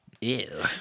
Ew